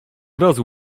razu